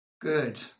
good